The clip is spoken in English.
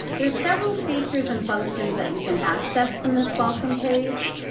there's several features and functions that you can access from this welcome page.